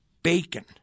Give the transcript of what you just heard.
Bacon